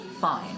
fine